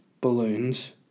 balloons